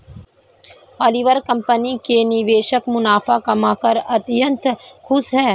Oliver company के निवेशक मुनाफा कमाकर अत्यंत खुश हैं